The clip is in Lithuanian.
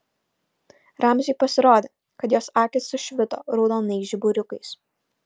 ramziui pasirodė kad jos akys sušvito raudonais žiburiukais